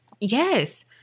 Yes